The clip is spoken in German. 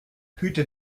hüte